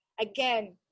again